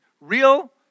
Real